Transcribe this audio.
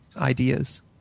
ideas